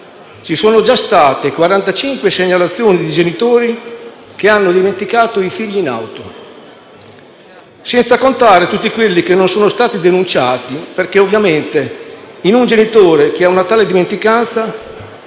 ci sono già state 45 segnalazioni di genitori che hanno dimenticato i figli in auto, senza contare tutti quelli che non sono stati denunciati perché ovviamente in un genitore che ha una tale dimenticanza